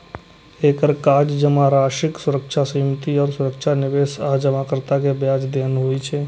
एकर काज जमाराशिक सुरक्षा, सीमित आ सुरक्षित निवेश आ जमाकर्ता कें ब्याज देनाय होइ छै